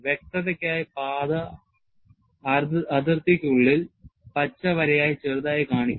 വ്യക്തതയ്ക്കായി പാത അതിർത്തിക്കുള്ളിൽ പച്ച വരയായി ചെറുതായി കാണിക്കുന്നു